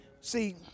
See